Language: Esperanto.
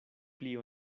pli